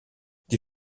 die